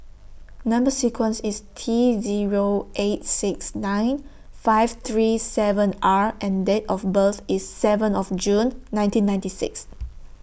Number sequence IS T Zero eight six nine five three seven R and Date of birth IS seven of June nineteen ninety six